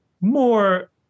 more